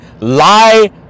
lie